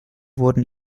wurden